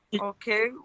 okay